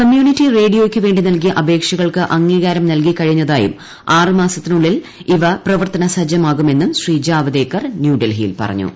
community റേഡിയോയ്ക്ക് വേണ്ടി നൽകിയ അപേക്ഷകൾക്ക് അംഗീകാരം നൽകിക്കഴിഞ്ഞ്ത്തായും ആറ് മാസത്തിനുള്ളിൽ ഇവ പ്രവർത്തന സജ്ജമാകൂമെന്നും ശ്രീ ജാവദേക്കർ ന്യൂഡൽഹിയിൽ പറഞ്ഞു